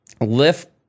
lift